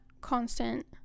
constant